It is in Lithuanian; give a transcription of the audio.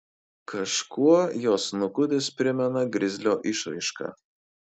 kažkuo jo snukutis primena grizlio išraišką